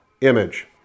image